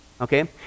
okay